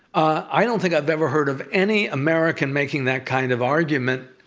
i don't think i've ever heard of any american making that kind of argument,